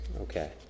Okay